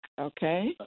okay